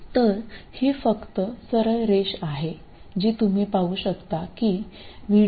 तर ही फक्त सरळ रेष आहे जी तुम्ही पाहू शकता की हे VD